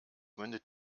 mündet